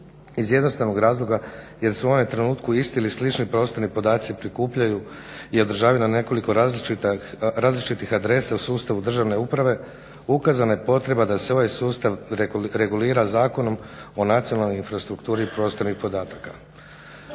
iz jednostavnog razloga jer su one u trenutku iste ili slične. Prostorni podaci prikupljaju i održavaju na nekoliko različitih adresa u sustavu državne uprave ukazana je potreba da se ovaj sustav regulira Zakonom o nacionalnoj infrastrukturi prostornih podataka.